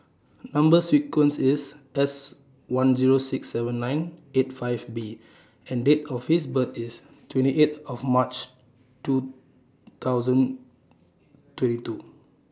Number sequence IS S one Zero six seven nine eight five B and Date of birth IS twenty eight of March two thousand twenty two